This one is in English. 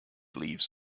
leaves